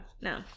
No